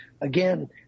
Again